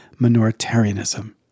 minoritarianism